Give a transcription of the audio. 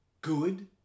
good